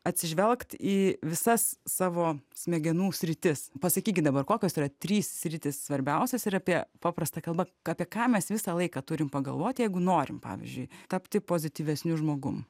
atsižvelgt į visas savo smegenų sritis pasakykit dabar kokios yra trys sritys svarbiausios ir apie paprasta kalba apie ką mes visą laiką turim pagalvot jeigu norim pavyzdžiui tapti pozityvesniu žmogum